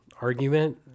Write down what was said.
argument